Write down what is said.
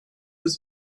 was